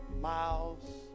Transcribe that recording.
miles